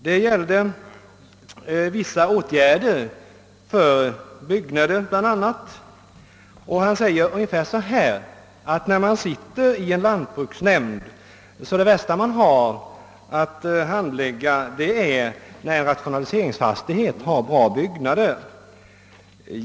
Den gäller bl.a. vissa åtgärder beträffande byggnader. Herr Fagerlund sade, att när man sitter i en lantbruksnämnd så är de värsta ärenden man har att handlägga de som gäller rationaliseringsfastigheter med bra byggnader.